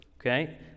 Okay